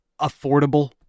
affordable